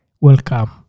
welcome